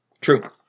True